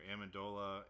Amendola